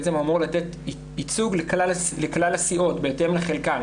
בעצם הוא אמור לתת ייצוג לכלל הסיעות בהתאם לחלקן.